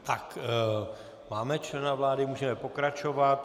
Tak, máme člena vlády, můžeme pokračovat.